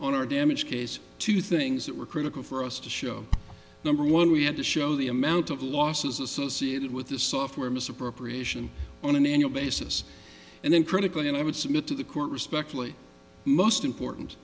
on our damage case two things that were critical for us to show number one we had to show the amount of losses associated with the software misappropriation on an annual basis and then critically and i would submit to the court respectfully most important